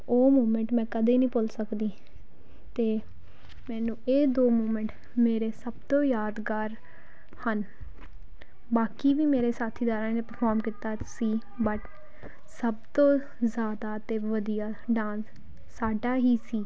ਉਹ ਮੂਮੈਂਟ ਮੈਂ ਕਦੇ ਨਹੀਂ ਭੁੱਲ ਸਕਦੀ ਅਤੇ ਮੈਨੂੰ ਇਹ ਦੋ ਮੁਮੈਂਟ ਮੇਰੇ ਸਭ ਤੋਂ ਯਾਦਗਾਰ ਹਨ ਬਾਕੀ ਵੀ ਮੇਰੇ ਸਾਥੀਦਾਰਾਂ ਨੇ ਪ੍ਰਫੋਮ ਸੀ ਕੀਤਾ ਸੀ ਬਟ ਸਭ ਤੋਂ ਜ਼ਿਆਦਾ ਅਤੇ ਵਧੀਆ ਡਾਂਸ ਸਾਡਾ ਹੀ ਸੀ